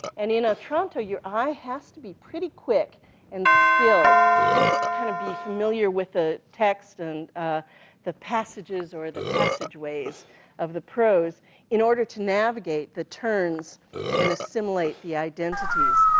and in otranto, your eye has to be pretty quick and skilled, you have to kind of be familiar with the ah text, and the passages, or the passageways of the prose in order to navigate the turns and assimilate the identities.